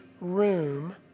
room